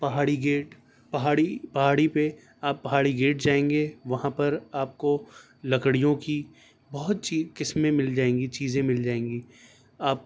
پہاڑی گیٹ پہاڑی پہاڑی پہ آپ پہاڑی گیٹ جائیں گے وہاں پر آپ کو لکڑیوں کی بہت سی قسمیں مل جائیں گی چیزیں مل جائیں گی آپ